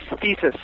thesis